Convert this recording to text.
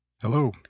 Hello